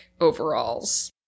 overalls